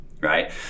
Right